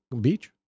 Beach